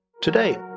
Today